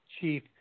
chief